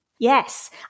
Yes